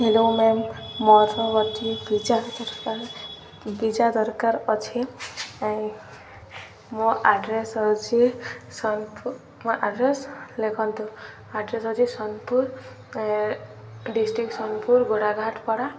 hello ma'am ମୋର ଗୋଟି pizza ଦରକାର ପିଜ୍ଜା ଦରକାର ଅଛି ମୋ ଆଡ଼୍ରେସ୍ ଅଛି ମୋ ଆଡ଼୍ରେସ୍ ଲେଖନ୍ତୁ ଆଡ୍ରେସ୍ ଅଛି ସୋନପୁର ଡିଷ୍ଟ୍ରିକ୍ ସୋନପୁର ଘୋଡ଼ା ଘାଟପଡ଼ା